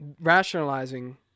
rationalizing